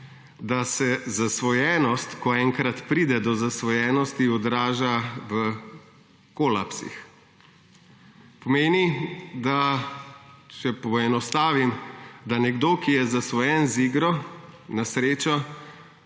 da se zasvojenost, ko enkrat pride do zasvojenosti, odraža v kolapsih. To pomeni, če poenostavim, da nekdo, ki je zasvojen z igro na srečo,